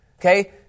Okay